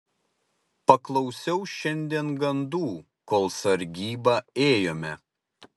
paklausiau šiandien gandų kol sargybą ėjome